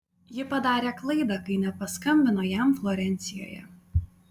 ji padarė klaidą kai nepaskambino jam florencijoje